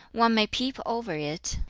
one may peep over it,